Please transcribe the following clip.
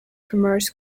commerce